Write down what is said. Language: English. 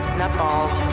nutballs